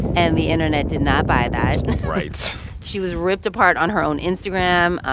and the internet did not buy that right she was ripped apart on her own instagram.